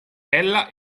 ella